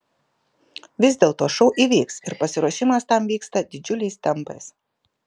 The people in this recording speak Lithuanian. vis dėlto šou įvyks ir pasiruošimas tam vyksta didžiuliais tempais